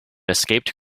escaped